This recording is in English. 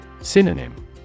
Synonym